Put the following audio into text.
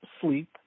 sleep